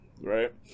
right